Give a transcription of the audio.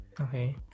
Okay